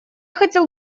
хотел